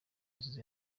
nziza